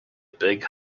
big